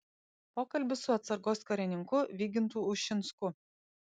pokalbis su atsargos karininku vygintu ušinsku